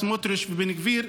סמוטריץ' ובן גביר,